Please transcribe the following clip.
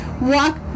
walk